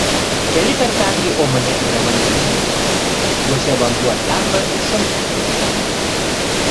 keli tarpekliai omane yra vandeningi juose vanduo teka iš šaltinų kalnuose